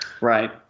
right